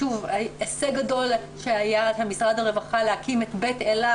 הישג גדול שהיה למשרד הרווחה להקים את בית אלה,